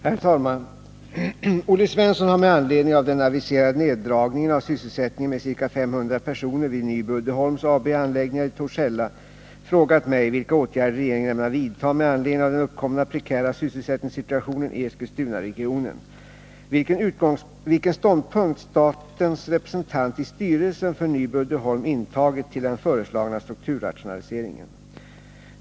Herr talman! Olle Svensson har med anledning av den aviserade neddragningen av sysselsättningen med ca 500 personer vid Nyby Uddeholm AB:s anläggningar i Torshälla frågat mig, vilka åtgärder regeringen ämnar vidta med anledning av den uppkomna prekära sysselsättningssituationen i Eskilstunaregionen, och vilken ståndpunkt statens representant i styrelsen för Nyby Uddeholm intagit till den föreslagna strukturrationaliseringen.